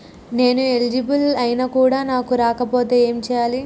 నేను ఎలిజిబుల్ ఐనా కూడా నాకు రాకపోతే ఏం చేయాలి?